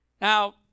Now